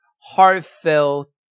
heartfelt